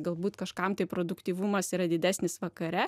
galbūt kažkam tai produktyvumas yra didesnis vakare